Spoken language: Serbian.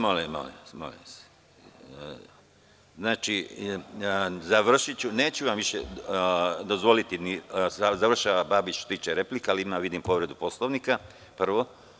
Molim vas, završiću, neću vam više dozvoliti, završava Babić što se tiče replika, ali ima vidim povrede Poslovnika, prvo.